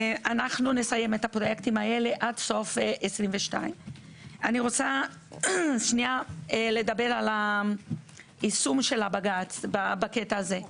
נסיים את הפרויקטים האלה עד סוף 2022. אני רוצה לדבר על יישום של בג"ץ בקטע הזה.